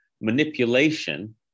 Manipulation